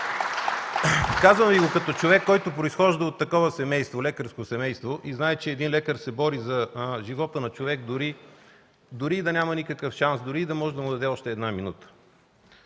Казвам Ви го като човек, който произхожда от лекарско семейство и знае, че един лекар се бори за живота на човек дори и да няма никакъв шанс, дори и да може да му даде още една минута.